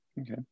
Okay